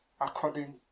according